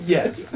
Yes